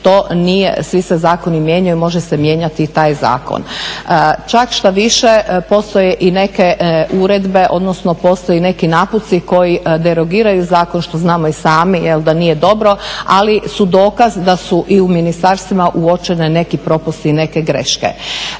to nije, svi se zakoni mijenjaju može se mijenjati i taj zakon. Čak štoviše postoje i neke uredbe, odnosno postoje neki napuci koji derogiraju zakon što znamo i sami da nije dobro ali su dokaz da su i u ministarstvima uočeni neki propusti i neke greške.